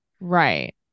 Right